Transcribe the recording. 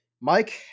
Mike